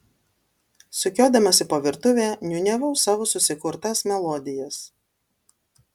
sukiodamasi po virtuvę niūniavau savo susikurtas melodijas